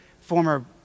former